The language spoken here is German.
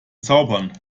zaubern